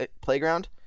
playground